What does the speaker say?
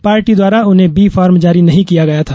party द्वारा उन्हें B form जारी नही किया गया था